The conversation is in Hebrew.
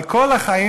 אבל כל החיים,